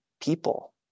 people